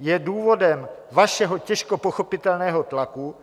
Je důvodem vašeho těžko pochopitelného tlaku,